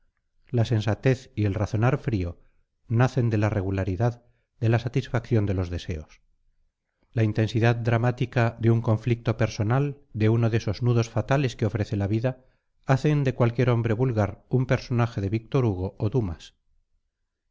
la sensatez y el razonar frío nacen de la regularidad de la satisfacción de los deseos la intensidad dramática de un conflicto personal de uno de esos nudos fatales que ofrece la vida hacen de cualquier hombre vulgar un personaje de víctor hugo o dumas